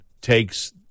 takes